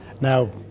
Now